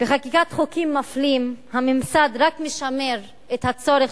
בחקיקת חוקים מפלים הממסד רק משמר את הצורך